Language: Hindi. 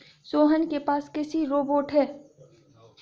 सोहन के पास कृषि रोबोट है